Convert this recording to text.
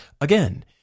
again